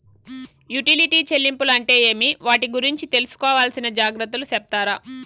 Utility చెల్లింపులు అంటే ఏమి? వాటి గురించి తీసుకోవాల్సిన జాగ్రత్తలు సెప్తారా?